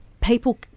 people